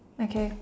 okay